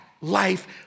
life